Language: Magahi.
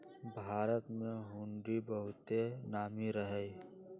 भारत में हुंडी बहुते नामी रहै